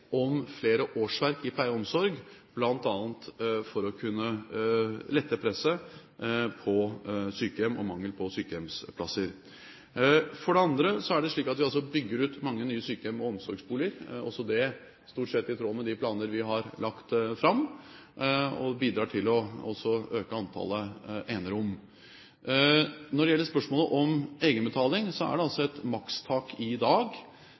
om flere årsverk i pleie og omsorg, bl.a. for å kunne lette presset på sykehjem og fordi det er mangel på sykehjemsplasser. Så er det slik at vi bygger ut mange nye sykehjem og omsorgsboliger – også det stort sett i tråd med de planer vi har lagt fram – og bidrar til også å øke antallet enerom. Når det gjelder spørsmålet om egenbetaling, er det et makstak i dag.